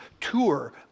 tour